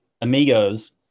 amigos